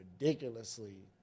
ridiculously